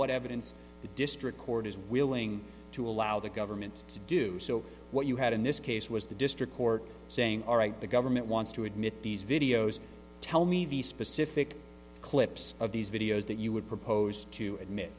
evidence the district court is willing to allow the government to do so what you had in this case was the district court saying alright the government wants to admit these videos tell me the specific clips of these videos that you would propose to admit